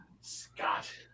Scott